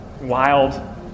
wild